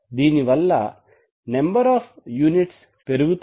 దీనివల్ల number of units పెరుగుతాయి